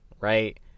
right